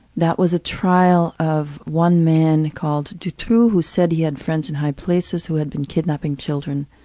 that was a trial of one man called dutroux, who said he had friends in high places who had been kidnapping children,